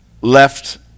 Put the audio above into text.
left